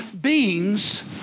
beings